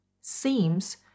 seems